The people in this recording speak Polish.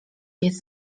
jest